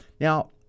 Now